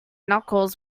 knuckles